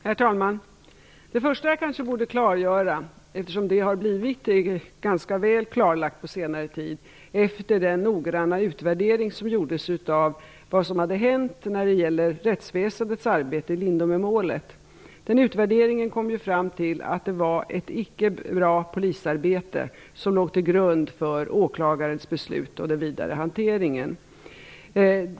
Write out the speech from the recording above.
Herr talman! Jag bör först göra ett klarläggande. Det har blivit ganska väl klarlagt på senare tid, efter den noggranna utvärdering som gjordes av vad som hade hänt i rättsväsendets arbete i Lindomemålet, att det var ett var ett mindre bra polisarbete som låg till grund för åklagarens beslut och den vidare hanteringen.